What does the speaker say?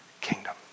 kingdom